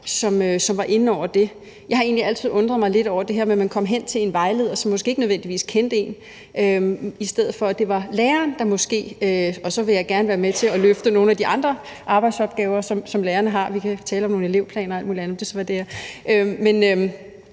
som var inde over det. Jeg har egentlig altid undret mig lidt over det her med, at man kom hen til en vejleder, som måske ikke nødvendigvis kendte en, i stedet for at det var læreren, der måske stod for det. Og så vil jeg gerne være med til at løfte nogle af de andre arbejdsopgaver væk, som lærerne har. Vi kan tale om nogle elevplaner og alt muligt andet. Men